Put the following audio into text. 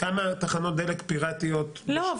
כמה תחנות דלק פיראטיות --- לא,